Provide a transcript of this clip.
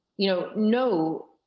you know, no